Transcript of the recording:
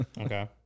Okay